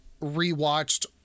rewatched